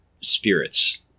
spirits